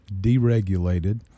deregulated